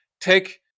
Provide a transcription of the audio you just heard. take